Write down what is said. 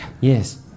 Yes